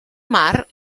mar